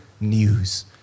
news